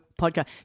podcast